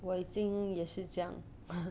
我已经也是这样